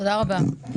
תודה רבה.